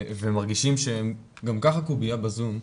והם מרגישים שהם גם ככה קובייה בזום,